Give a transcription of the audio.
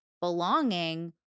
belonging